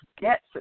get